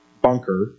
bunker